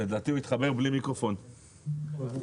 תוסיפו דברים חדשים